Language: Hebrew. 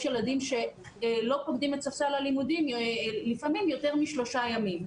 ילדים שלא פוקדים את ספסל הלימודים לפעמים יותר משלושה ימים.